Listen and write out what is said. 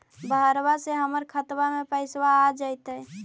बहरबा से हमर खातबा में पैसाबा आ जैतय?